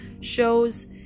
shows